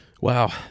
wow